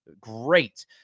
great